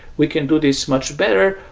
we can do this much better.